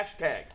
hashtags